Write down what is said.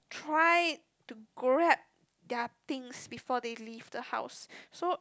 try to grab their things before they leave the house so